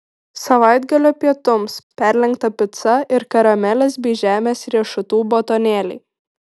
savaitgalio pietums perlenkta pica ir karamelės bei žemės riešutų batonėliai